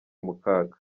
mukaga